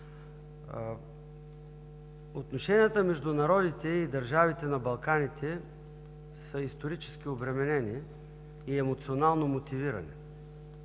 Отношенията между народите и държавите на Балканите са исторически обременени и емоционално мотивирани.